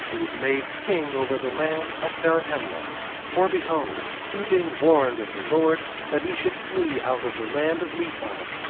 who was made king over the land of zarahemla for behold, he being warned of the lord that he should flee out of the land of nephi,